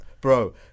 bro